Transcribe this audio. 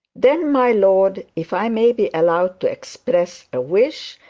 then, my lord, if i may be allowed to express a wish,